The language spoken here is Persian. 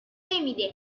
نمیده